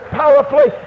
powerfully